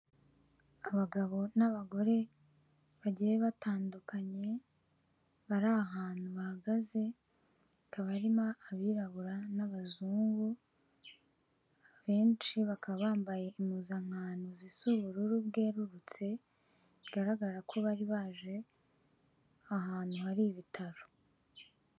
Abagabo n'abagore bagiye batandukanye, bari ahantu bahagaze, hakaba harimo abirabura n'abazungu, benshi bakaba bambaye impuzankano zisa ubururu bwerurutse ,bigaragara ko bari baje ahantu hari ibitaro.